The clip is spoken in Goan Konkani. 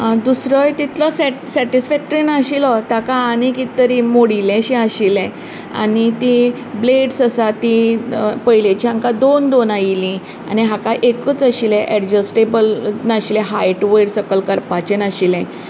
दुसरोय तितलोच सेटिसफॅक्ट्री नाशिल्लो ताका आनी कितें तरी मोडिल्लेंशें आशिल्लें आनी ती ब्लेड्स आसा ती पयलेची हांकां दोन दोन आयिल्लीं आनी हाका एकूच आशिल्लें एडजस्टेबल नाशिल्लें हायट वयर सकयल करपाचें नाशिल्लें